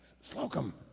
Slocum